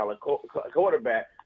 quarterback